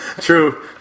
true